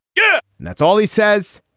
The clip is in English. yeah. and that's all he says.